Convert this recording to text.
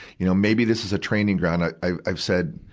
you know, maybe this is a training ground. i, i, i've said,